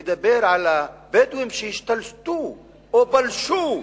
ומדבר על הבדואים שהשתלטו או פלשו.